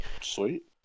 sweet